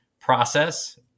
process